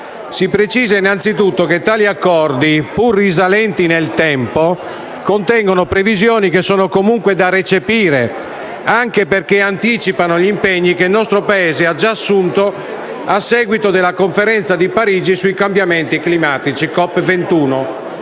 Si precisa innanzitutto che tali accordi, pur se risalenti nel tempo, contengono previsioni che sono comunque da recepire, anche perché anticipano gli impegni che il nostro Paese ha già assunto a seguito della Conferenza di Parigi sui cambiamenti climatici (COP21),